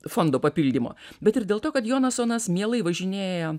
fondo papildymo bet ir dėl to kad jonasanas mielai važinėja